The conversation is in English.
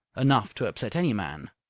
enough to upset any man.